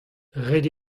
ret